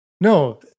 No